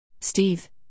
Steve